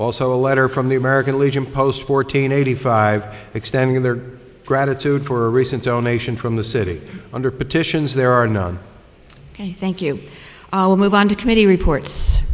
also a letter from the american legion post fourteen eighty five extending their gratitude for recent donation from the city under petitions there are none and thank you i'll move on to committee reports